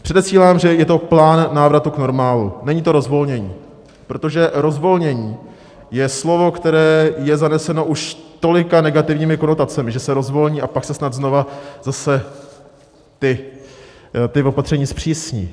Předesílám, že je to plán návratu k normálu, není to rozvolnění, protože rozvolnění je slovo, které je zaneseno už tolika negativními konotacemi, že se rozvolní a pak se snad znova zase ta opatření zpřísní.